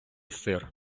сир